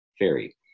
Fairy